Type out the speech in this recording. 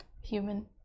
human